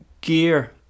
gear